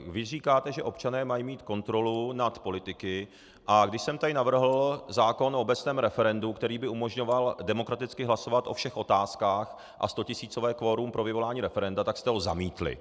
Vy říkáte, že občané mají mít kontrolu nad politiky, a když jsem tady navrhl zákon o obecném referendu, který by umožňoval demokraticky hlasovat o všech otázkách, a stotisícové kvorum pro vyvolání referenda, tak jste ho zamítli.